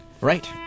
Right